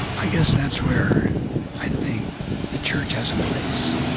i guess that's where i think the church has a place,